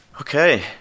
Okay